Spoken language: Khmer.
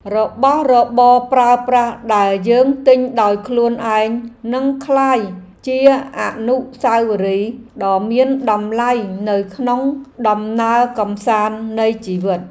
របស់របរប្រើប្រាស់ដែលយើងទិញដោយខ្លួនឯងនឹងក្លាយជាអនុស្សាវរីយ៍ដ៏មានតម្លៃនៅក្នុងដំណើរកម្សាន្តនៃជីវិត។